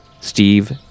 Steve